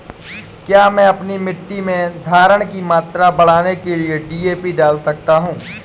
क्या मैं अपनी मिट्टी में धारण की मात्रा बढ़ाने के लिए डी.ए.पी डाल सकता हूँ?